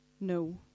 No